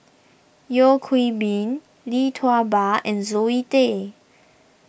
Yeo Hwee Bin Lee Tua Ba and Zoe Tay